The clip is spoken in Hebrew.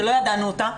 שלא ידענו אותה,